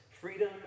Freedom